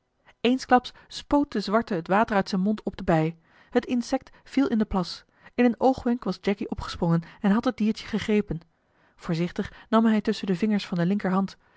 eensklaps spoot de zwarte het water uit zijn mond op de bij het insekt viel in den plas in een oogwenk was jacky opgesprongen en had het diertje gegrepen voorzichtig nam hij het tusschen de vingers van de linkerhand